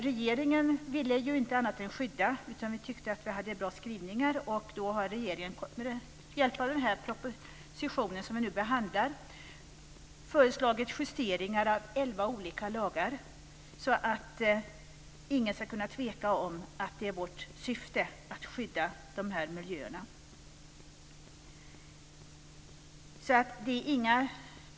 Regeringen ville ju ingenting annat än att skydda. Vi tyckte att vi hade bra skrivningar. Med hjälp av den proposition som vi nu behandlar har regeringen föreslagit justeringar av elva olika lagar, så att ingen ska kunna tveka om att vårt syfte är att skydda dessa miljöer.